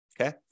okay